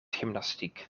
gymnastiek